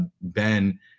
Ben